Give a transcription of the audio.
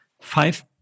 five